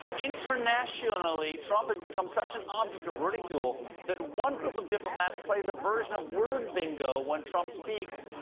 internationally, trump has become such an object of ridicule that one group of diplomats plays a version of word bingo when trump speaks,